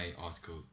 article